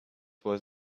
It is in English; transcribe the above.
was